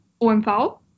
OMV